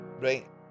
Right